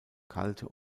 kalte